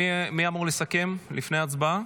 מי אמור לסכם לפני ההצבעה?